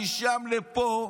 משם לפה.